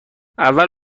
اول